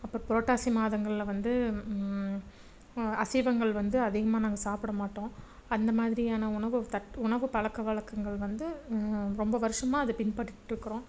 அப்புறம் புரட்டாசி மாதங்களில் வந்து அசைவங்கள் வந்து அதிகமாக நாங்கள் சாப்பிட மாட்டோம் அந்தமாதிரியான உணவு தட் உணவு பழக்க வழக்கங்கள் வந்து ரொம்ப வருஷமாக அதை பின்பற்றிகிட்டு இருக்குகிறோம்